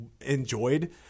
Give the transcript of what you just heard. enjoyed